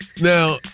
Now